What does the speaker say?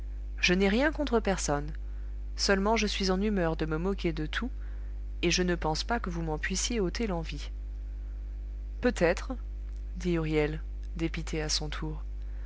je n'ai rien contre personne seulement je suis en humeur de me moquer de tout et je ne pense pas que vous m'en puissiez ôter l'envie peut-être dit huriel dépité à son tour